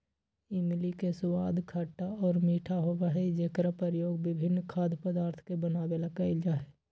इमली के स्वाद खट्टा और मीठा होबा हई जेकरा प्रयोग विभिन्न खाद्य पदार्थ के बनावे ला कइल जाहई